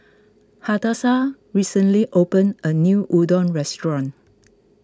Hadassah recently opened a new Udon restaurant